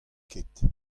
ket